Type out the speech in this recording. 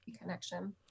connection